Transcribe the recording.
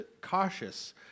cautious